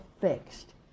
fixed